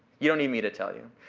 you don't need me to tell you.